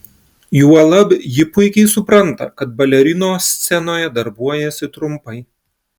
juolab ji puikiai supranta kad balerinos scenoje darbuojasi trumpai